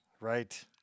right